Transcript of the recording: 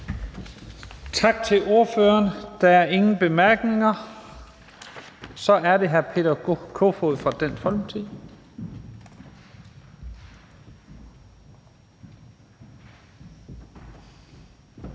Tak til ordføreren. Der er ingen korte bemærkninger. Så er det hr. Peter Kofod fra Dansk Folkeparti.